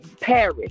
Paris